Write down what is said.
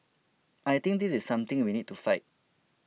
I think this is something we need to fight